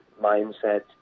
mindset